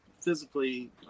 physically